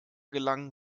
gelangen